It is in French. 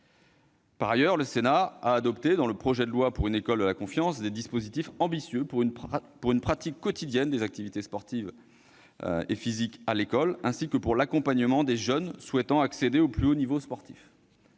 Par ailleurs, le Sénat a adopté, dans le projet de loi pour une école de la confiance, des dispositifs ambitieux pour une pratique quotidienne des activités physiques et sportives à l'école ainsi que pour l'accompagnement des jeunes souhaitant accéder au plus haut niveau sportif.